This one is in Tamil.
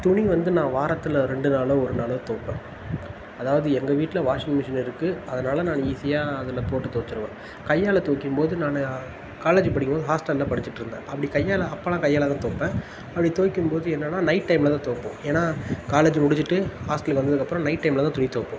துணி வந்து நான் வாரத்தில் ரெண்டு நாளோ ஒரு நாளோ தோய்ப்பேன் அதாவது எங்கள் வீட்டில் வாஷிங் மெஷின் இருக்குது அதனால் நான் ஈஸியாக அதில் போட்டு துவச்சிருவேன் கையால் தோய்க்கும்போது நான் காலேஜ் படிக்கும் போது ஹாஸ்டலில் படிச்சுட்டுருந்தேன் அப்படி கையால் அப்பெல்லாம் கையால்தான் தோய்ப்பேன் அப்படி துவக்கும் போது என்னென்னால் நைட் டைமில் தான் தோய்ப்போம் ஏன்னால் காலேஜ் முடிச்சுட்டு ஹாஸ்டலுக்கு வந்ததுக்கப்புறம் நைட் டைமில் தான் துணி தோய்ப்போம்